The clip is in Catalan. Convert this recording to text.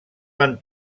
van